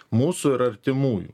mūsų ir artimųjų